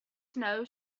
snow